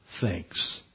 thinks